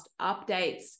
updates